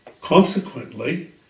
Consequently